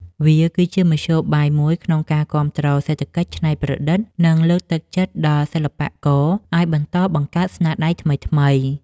វាគឺជាមធ្យោបាយមួយក្នុងការគាំទ្រសេដ្ឋកិច្ចច្នៃប្រឌិត និងលើកទឹកចិត្តដល់សិល្បករឱ្យបន្តបង្កើតស្នាដៃថ្មីៗ។